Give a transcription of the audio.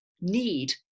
need